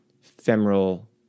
femoral